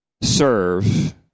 serve